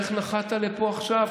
איך נחת לפה עכשיו?